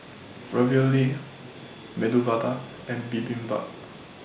Ravioli Medu Vada and Bibimbap